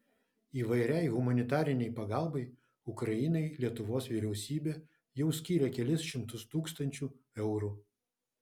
įvairiai humanitarinei pagalbai ukrainai lietuvos vyriausybė jau skyrė kelis šimtus tūkstančių eurų